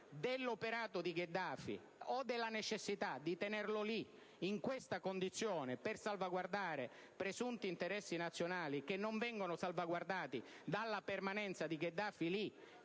dell'operato di Gheddafi o della necessità di tenerlo lì, in questa condizione, per salvaguardare presunti interessi nazionali (che non vengono invece tutelati dalla permanenza in quei